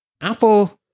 Apple